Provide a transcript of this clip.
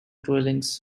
dwellings